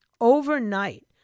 Overnight